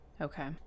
Okay